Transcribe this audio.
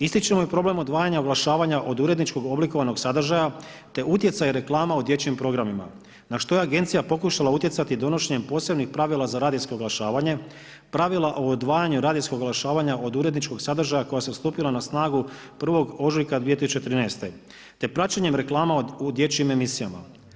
Ističemo i problem odvajanja oglašavanja od uredničkog oblikovanog sadržaja te utjecaja reklama u dječjim programima na što je agencija pokušala utjecati donošenjem posebnih pravila za radijsko oglašavanje, pravila o odvajanju radijskog oglašavanja od uredničkog sadržaja koja je stupila na snagu 1. ožujka 2013. te praćenjem reklama u dječjim emisijama.